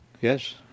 Yes